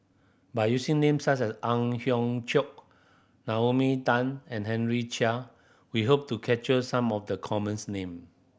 by using names such as Ang Hiong Chiok Naomi Tan and Henry Chia we hope to capture some of the commons name